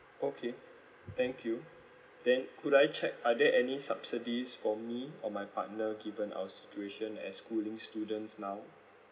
okay thank you then could I check are there any subsidies for me or my partner given our situation as schooling students now